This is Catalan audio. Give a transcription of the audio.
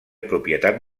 propietat